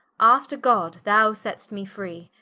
after god, thou set'st me free,